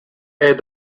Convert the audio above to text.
est